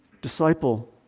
disciple